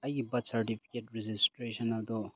ꯑꯩꯒꯤ birth certificate registration ꯑꯗꯣ